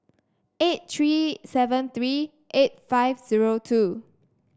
eight three seven three eight five zero two